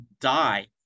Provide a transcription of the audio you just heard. die